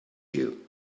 you